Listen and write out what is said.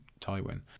Tywin